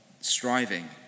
striving